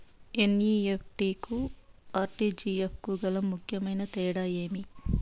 NEFT కు RTGS కు గల ముఖ్యమైన తేడా ఏమి?